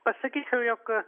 pasakyčiau jog